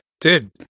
Dude